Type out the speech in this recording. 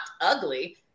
ugly